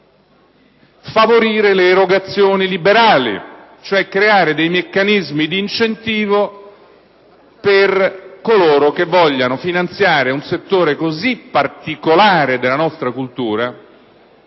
favorire le erogazioni liberali, cioè creare dei meccanismi di incentivo per coloro che vogliono finanziare un settore così particolare della nostra cultura.